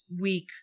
week